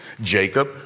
Jacob